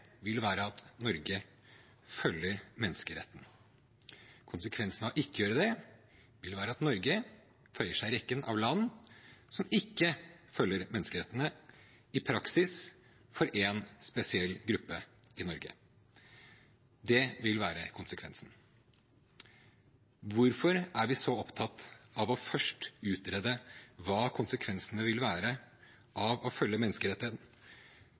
vil være at Norge følger menneskeretten. Konsekvensen av ikke å gjøre det vil være at Norge føyer seg inn i rekken av land som ikke følger menneskerettene i praksis for én spesiell gruppe. Det vil være konsekvensen. Hvorfor er vi så opptatt av først å utrede hva konsekvensene vil være av å følge